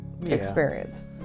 experience